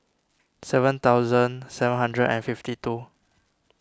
seven thousand seven hundred and fifty two